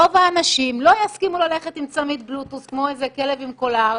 רוב האנשים לא יסכימו ללכת עם צמיד בלוטות' כמו איזה כלב עם קולר.